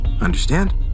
Understand